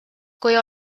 kui